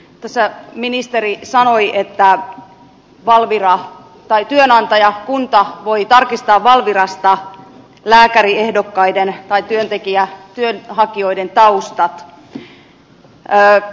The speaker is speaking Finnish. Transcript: tässä ministeri sanoi että työnantaja kunta voi tarkistaa valvirasta lääkäriehdokkaiden tai työnhakijoiden taustat